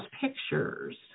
pictures